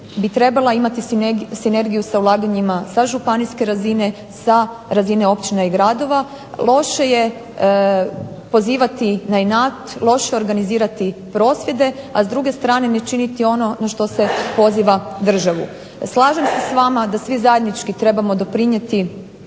bi trebala imati sinergiju sa ulaganjima sa županijske razine, sa razine općine i gradova. Loše je pozivati na inat, loše je organizirati prosvjede, a s druge strane ne činiti ono na što se poziva državu. Slažem se s vama da svi zajednički trebamo doprinijeti